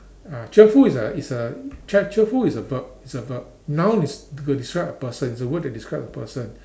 uh cheerful is a is a cheer~ cheerful is a verb is a verb noun is to describe a person is a word to describe a person